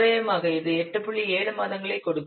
7 மாதங்களைக் கொடுக்கும்